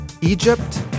Egypt